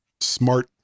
smart